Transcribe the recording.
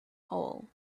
hole